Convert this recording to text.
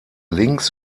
links